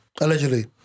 Allegedly